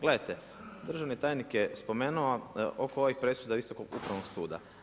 Gledajte, državni tajnik je spomenuo oko ovih presuda Visokog upravnog suda.